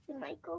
michael